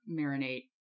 marinate